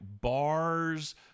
bars